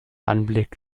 anblick